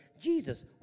Jesus